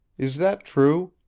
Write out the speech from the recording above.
is that true?